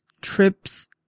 trips